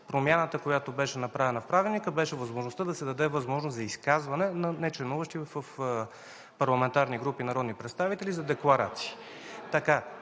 Промяната, която беше направена в Правилника, беше да се даде възможност за изказване на нечленуващи в парламентарни групи народни представители за декларации.